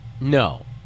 No